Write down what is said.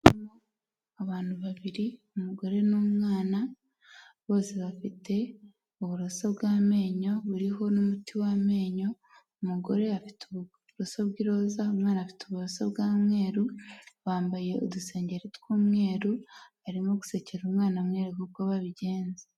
Abantu babiri umugore n'umwana, bose bafite uburoso bw'amenyo, buriho n'umuti w'amenyo, umugore afite uburoso bw'iroza, umwana afite uburoso bw'umweru, bambaye udusengeri tw'umweru, arimo gusekera umwana umwereka uko babigenza.